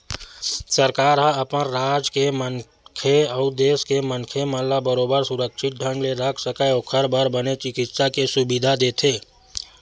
सरकार ह अपन राज के मनखे अउ देस के मनखे मन ला बरोबर सुरक्छित ढंग ले रख सकय ओखर बर बने चिकित्सा के सुबिधा देथे